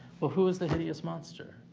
well, who is the hideous monster,